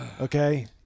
okay